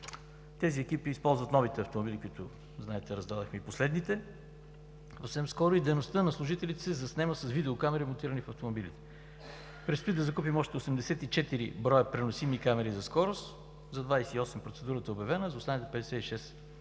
Тези екипи използват новите автомобили. Както знаете раздадохме последните съвсем скоро, и дейността на служителите се заснема с видеокамери, монтирани в автомобилите. Предстои да закупим още 84 броя преносими камери за скорост, за 28 процедурата е обявена, за останалите 56